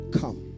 come